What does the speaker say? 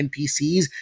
NPCs